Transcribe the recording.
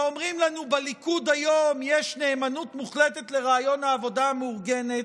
ואומרים לנו: בליכוד היום יש נאמנות מוחלטת לרעיון העבודה המאורגנת.